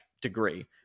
degree